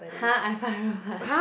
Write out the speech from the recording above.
!huh! I five hundred plus